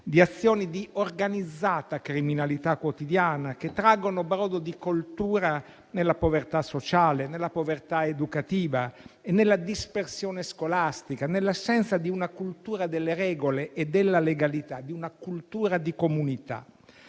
di azioni di organizzata criminalità quotidiana che traggono brodo di coltura nella povertà sociale, nella povertà educativa, nella dispersione scolastica e nell'assenza di una cultura delle regole e della legalità, di una cultura di comunità.